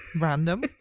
random